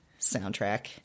soundtrack